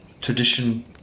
tradition